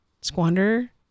squander